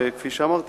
וכפי שאמרתי,